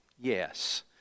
yes